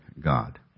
God